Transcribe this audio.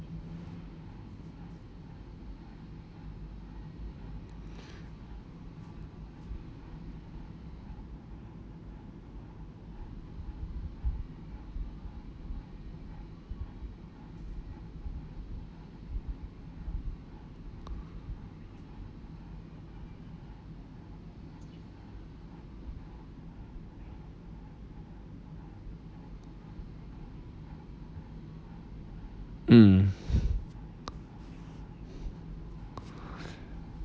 mm